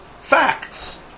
facts